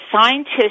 scientists